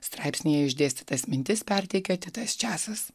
straipsnyje išdėstytas mintis perteikia titas čiasas